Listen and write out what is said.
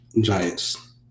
Giants